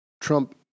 Trump